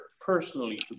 personally